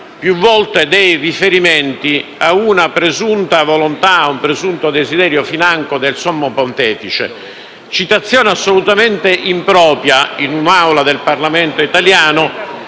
più volte dei riferimenti a una presunta volontà o desiderio del Sommo Pontefice. La citazione è assolutamente impropria in un'Aula del Parlamento italiano